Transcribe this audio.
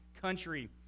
country